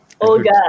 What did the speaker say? Olga